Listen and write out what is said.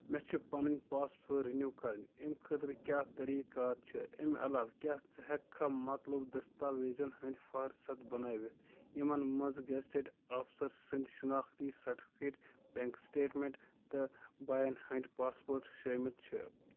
مےٚ چھ پنٕنۍ پاسپہٕ رِنِو کرٕنۍ اَمہِ خٲطرٕ کیٛاہ طریٖقہ کار چھ اَمہِ علاوٕ کیٛاہ ژٕ ہٮ۪ککھا مطلوبہ دستاویزن ہنٛدۍ فاہرست بنٲوِتھ یمن منٛز گٮ۪زٹٕڈ آفسر سٕندۍ شِناختی سرٹیفکیٹ بینک سٹیٹمنٹ تہٕ باین ہٕنٛدۍ پاسپورٹ شٲمل چھِ